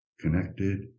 connected